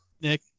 Nick